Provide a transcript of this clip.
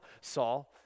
Saul